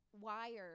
wired